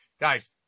guys